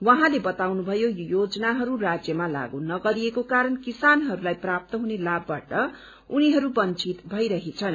उहाँले बताउनु भयो यो योजनाहरू राज्यमा लागू नगरिएको कारण किसानहरूलाई प्राप्त हुने लाभबाट उनीहरू वंचित भइरहेछन्